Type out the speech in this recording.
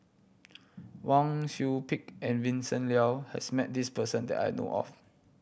Wang Sui Pick and Vincent Leow has met this person that I know of